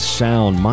sound